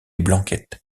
blanquette